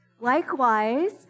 Likewise